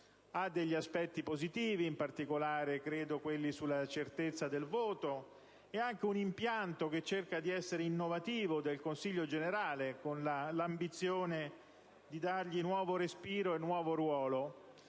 ha degli aspetti positivi, in particolare, quelli relativi alla certezza del voto, e prevede anche un impianto che cerca di essere innovativo rispetto al Consiglio generale, con l'ambizione di dargli nuovo respiro e nuovo ruolo.